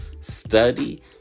Study